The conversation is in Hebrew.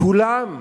כולם כאחד: